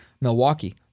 Milwaukee